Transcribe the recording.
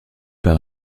par